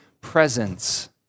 presence